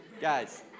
Guys